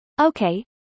Okay